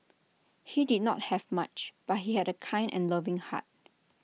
he did not have much but he had A kind and loving heart